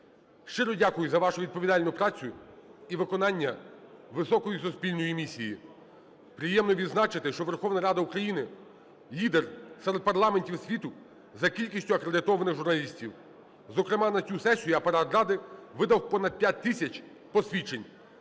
Щиро дякую за вашу відповідальну працю і виконання високої суспільної місії. Приємно відзначити, що Верховна Рада України – лідер серед парламентів світу за кількістю акредитованих журналістів. Зокрема, на цю сесію Апарат Ради видав понад 5 тисяч посвідчень.